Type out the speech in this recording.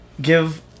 give